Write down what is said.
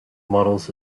models